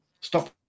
stop